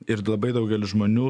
ir labai daugelis žmonių